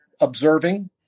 observing